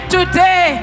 Today